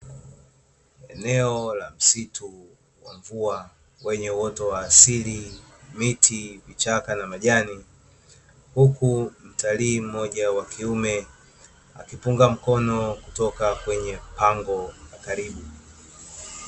Eneo lenye msitu wa mvua lenye uwoto wa asil lenye miti, vichaka pamoja na majani huku mtalii mmoja wa kiume akipunga mkono kutoka katika pango karibu.